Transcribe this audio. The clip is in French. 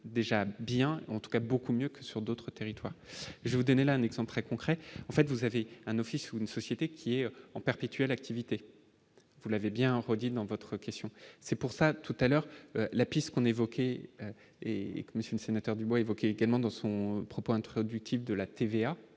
déjà bien en tout cas beaucoup mieux que sur d'autres territoires je vous donner l'un exemple très concret, en fait, vous avez un office, une société qui est en perpétuelle activité vous l'avez bien redit dans votre question, c'est pour ça tout à l'heure là puisqu'on évoqué et que monsieur sénateur du mois également dans son propos introductif de la TVA